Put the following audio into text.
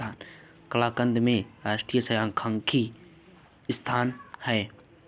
कलकत्ता में राष्ट्रीय सांख्यिकी संस्थान है